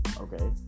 okay